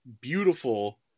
beautiful